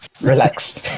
Relax